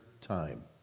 time